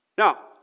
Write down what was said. Now